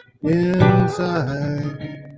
inside